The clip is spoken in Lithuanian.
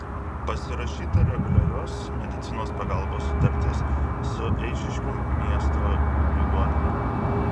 pasirašyta reguliarios medicinos pagalbos sutartis su eišiškių miesto ligonine